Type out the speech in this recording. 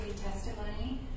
testimony